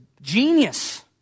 genius